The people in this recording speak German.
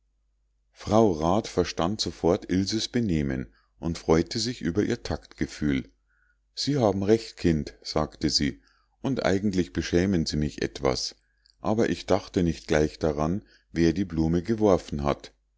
frau rat verstand sofort ilses benehmen und freute sich über ihr taktgefühl sie haben recht kind sagte sie und eigentlich beschämen sie mich etwas aber ich dachte nicht gleich daran wer die blume geworfen hat